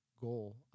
goal